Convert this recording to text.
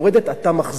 אתה מחזיר אותם,